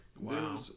wow